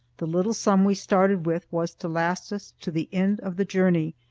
the little sum we started with was to last us to the end of the journey,